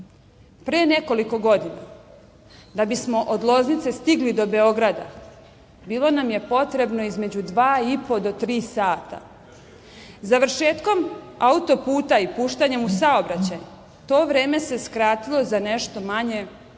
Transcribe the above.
nekoliko godina da bismo od Loznice stigli do Beograda, bilo nam je potrebno između dva i po do tri sata. Završetkom auto puta i puštanjem u saobraćaj, to vreme se skratilo za nešto manje od